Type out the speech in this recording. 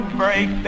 break